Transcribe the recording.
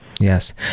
yes